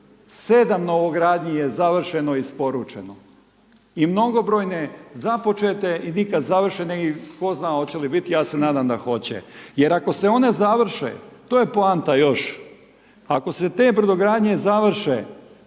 7 novogradnji je završeno i isporučeno i mnogobrojne započete i nikada završene i ko zna hoće li biti, ja se nadam da hoće, jer ako se ne završe, to je poanta još, ako se te brodogradnje završe,